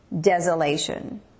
desolation